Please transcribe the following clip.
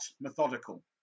methodical